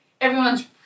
everyone's